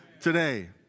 today